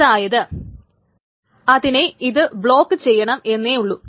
അതായത് അതിനെ ഇത് ബ്ളോക്ക് ചെയ്യണം എന്നേ ഉള്ളു